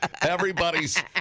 Everybody's